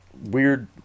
weird